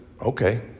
okay